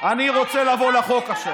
עכשיו אני רוצה לבוא לחוק.